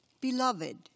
Beloved